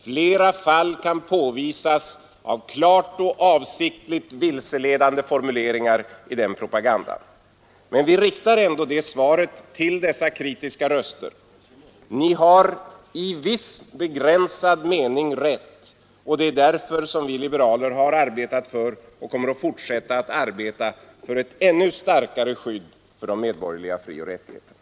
Flera fall kan påvisas av klart och avsiktligt vilseledande formuleringar i den propagandan. Men vi riktar ändå det här svaret till dessa kritiker: Ni har i viss begränsad mening rätt, och det är av samma skäl som vi liberaler har arbetat för och kommer att fortsätta att arbeta för ett ännu starkare skydd för de medborgerliga frioch rättigheterna.